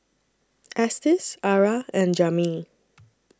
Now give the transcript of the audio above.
Estes Arah and Jami